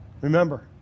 Remember